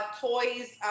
toys